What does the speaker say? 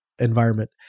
Environment